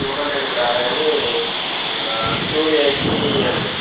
two హండ్రెడ్కి రాదు కానీ టూ ఎయిటీ అండి